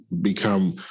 become